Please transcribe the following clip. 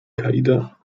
qaida